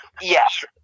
Yes